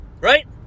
right